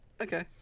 okay